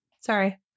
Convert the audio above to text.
Sorry